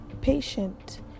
Patient